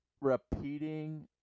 repeating